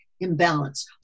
imbalance